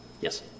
Yes